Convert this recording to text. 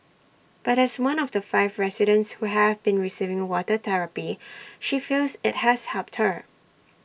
but as one of the five residents who have been receiving water therapy she feels IT has helped her